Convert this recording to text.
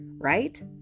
right